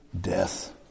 death